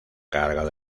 cargo